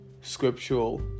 scriptural